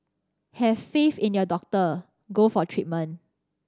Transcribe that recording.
have faith in your doctor go for treatment